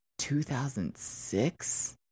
2006